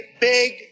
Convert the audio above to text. big